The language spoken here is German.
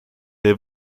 der